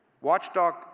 Watchdog